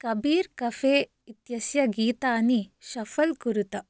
Kabir cafe इत्यस्य गीतानि shuffle कुरुत